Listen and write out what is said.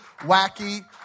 wacky